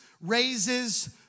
raises